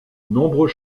nombreux